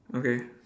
okay